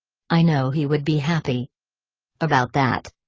i know he would be happy about that.